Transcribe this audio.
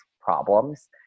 problems